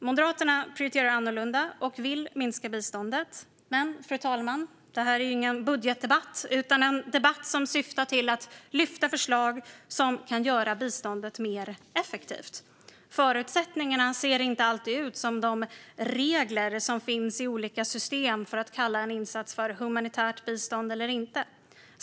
Moderaterna prioriterar annorlunda och vill minska biståndet, men, fru talman, det här är ju ingen budgetdebatt utan en debatt som syftar till att lyfta fram förslag som kan göra biståndet mer effektivt. Förutsättningarna ser inte alltid ut som de regler som finns i olika system för att kalla en insats för humanitärt bistånd eller inte.